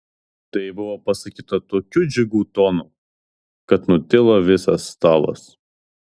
tai buvo pasakyta tokiu džiugiu tonu kad nutilo visas stalas